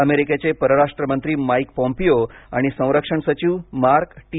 अमेरिकेचे परराष्ट्रमंत्री Mike Pompeo आणि संरक्षण सचिव मार्क टी